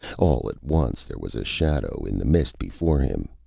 all at once there was a shadow in the mist before him,